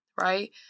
right